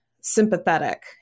sympathetic